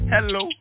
Hello